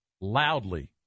loudly